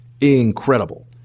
incredible